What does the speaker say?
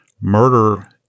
Murder